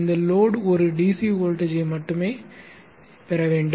இந்த லோட் ஒரு DC வோல்டேஜ்ஐ மட்டுமே பெற வேண்டும்